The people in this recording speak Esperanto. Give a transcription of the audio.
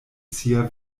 sia